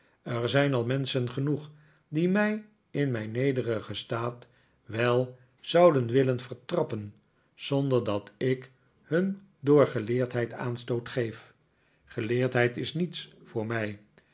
er zijn al menschen genoeg die mij in mijn nederigen staat wel zouden willen vertrappen zohder dat ik hun door geleerdheid aanstoot geef geleerdheid is niets voor mij